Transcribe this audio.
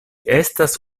estas